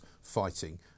fighting